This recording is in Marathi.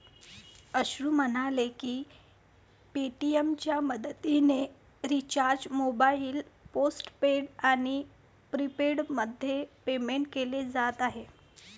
अश्रू म्हणाले की पेटीएमच्या मदतीने रिचार्ज मोबाईल पोस्टपेड आणि प्रीपेडमध्ये पेमेंट केले जात आहे